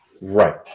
Right